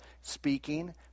speaking